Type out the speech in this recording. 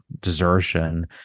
desertion